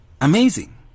Amazing